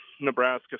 Nebraska